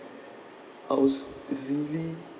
I was really